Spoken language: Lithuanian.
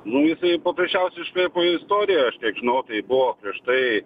nu jisai paprasčiausia iškraipo istoriją aš kiek žinau tai buvo prieš tai